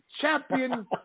Champion